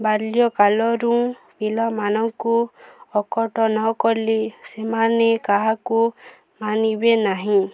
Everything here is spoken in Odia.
ବାଲ୍ୟ କାଲରୁ ପିଲାମାନଙ୍କୁ ଆକଟ ନକଲେ ସେମାନେ କାହାକୁ ମାନିବେ ନାହିଁ